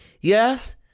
Yes